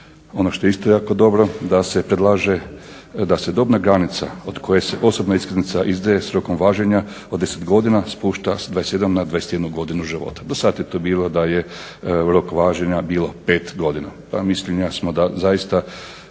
Ono što je isto jako dobro da se predlaže da se dobna granica od koje se osobna iskaznica izdaje s rokom važenja od 10 godina spušta s 27 na 21 godinu života. Dosad je to bilo da je rok važenja bila 5 godina. Mislim jasno da zaista